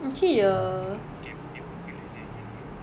mm got chem~ chemical engineering